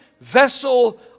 vessel